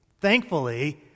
Thankfully